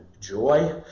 joy